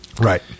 Right